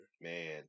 Man